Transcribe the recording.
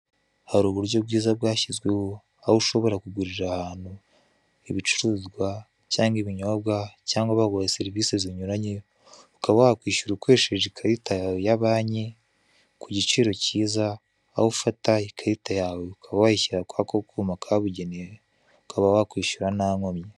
Hari uburyo bwiza bwashyizweho aho ushobora kugurira ahantu ibicuruzwa cyangwa ibinyobwa cyangwa baguhaye serivise zinyuranye, ukaba wakwishyura ukoresheje ikarita yawe ya banki ku giciro kiza, aho ufata ikarita yawe ukaba wayishyira kuri ako kuma kabugenewe ukaba wakwishyura ntankomyi.